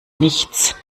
nichts